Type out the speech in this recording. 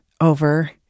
over